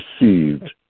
received